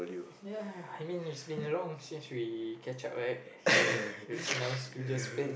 ya I mean it's been a long since we catch up right so it so it's nice to just spend